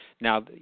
Now